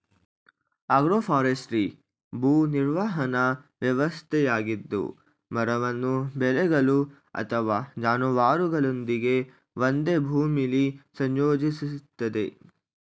agroforestry ಭೂ ನಿರ್ವಹಣಾ ವ್ಯವಸ್ಥೆಯಾಗಿದ್ದು ಮರವನ್ನು ಬೆಳೆಗಳು ಅಥವಾ ಜಾನುವಾರುಗಳೊಂದಿಗೆ ಒಂದೇ ಭೂಮಿಲಿ ಸಂಯೋಜಿಸ್ತದೆ